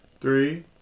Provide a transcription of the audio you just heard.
three